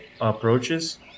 approaches